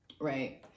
Right